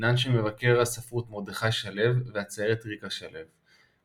בנם של מבקר הספרות מרדכי שלו והציירת ריקה שלו,